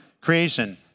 Creation